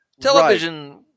television